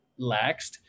laxed